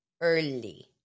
early